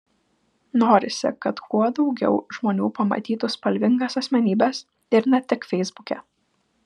norisi kad kuo daugiau žmonių pamatytų spalvingas asmenybes ir ne tik feisbuke